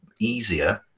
easier